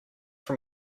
from